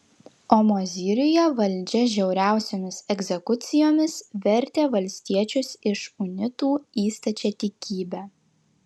o mozyriuje valdžia žiauriausiomis egzekucijomis vertė valstiečius iš unitų į stačiatikybę